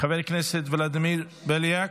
חבר הכנסת ולדימיר בליאק,